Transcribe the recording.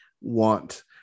want